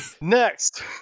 next